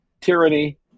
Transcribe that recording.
tyranny